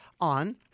on